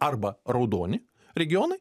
arba raudoni regionai